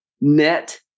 net